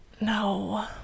no